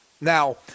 Now